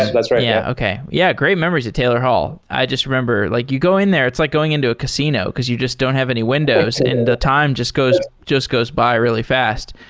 that's right. yeah okay. yeah, great memories at taylor hall. i just remember, like you go in there, it's like going into a casino because you just don't have any windows and the time just goes just goes by really fast.